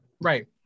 Right